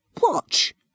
Watch